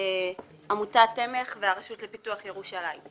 עמותת תמך והרשות לפיתוח ירושלים.